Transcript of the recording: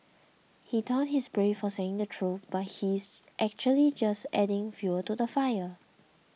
he thought he's brave for saying the truth but he's actually just adding fuel to the fire